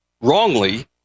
wrongly